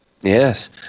Yes